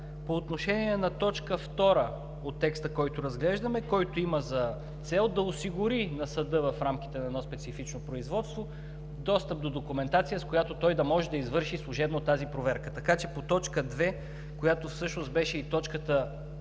По отношение на т. 2 от текста, който разглеждаме, който има за цел да осигури на съда в рамките на едно специфично производство достъп до документация, с която той да може да извърши служебно тази проверка. Така че по т. 2, която беше и точката,